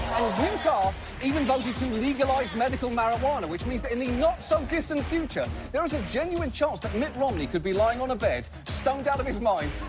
utah even voted to legalize medical marijuana, which means that in the not-so-distant future, there is a genuine chance that mitt romney could be lying on a bed, stoned out of his mind,